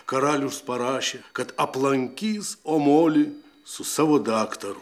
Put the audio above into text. karalius parašė kad aplankys omoli su savo daktaru